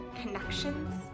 connections